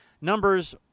Numbers